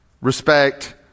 respect